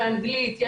באנגלית,